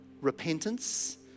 repentance